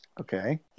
Okay